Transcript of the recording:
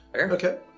Okay